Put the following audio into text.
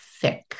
thick